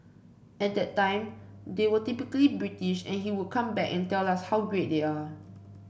at that time they were typically British and he would come back and tell us how great they are